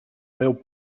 meu